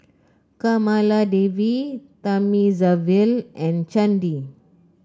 Kamaladevi Thamizhavel and Chandi